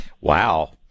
Wow